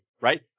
Right